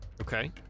Okay